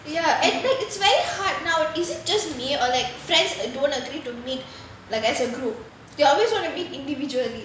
ya and like it's very hard now is it just me or like friends don't agree to meet like as a group they always want to meet individually